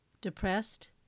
depressed